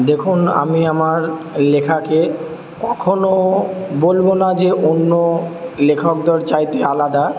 দেখুন আমি আমার লেখাকে কখনও বলবো না যে অন্য লেখকদের চাইতে আলাদা